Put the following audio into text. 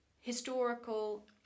historical